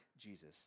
Jesus